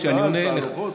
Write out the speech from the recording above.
על התהלוכות.